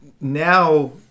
Now